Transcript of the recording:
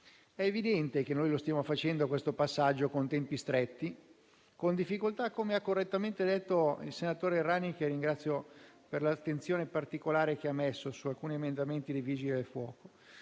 È evidente che stiamo facendo questo passaggio con tempi stretti e con difficoltà, come ha correttamente detto il senatore Errani, che ringrazio per l'attenzione particolare che ha messo su alcuni emendamenti relativi a Vigili del fuoco.